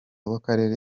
w’akarere